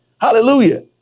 hallelujah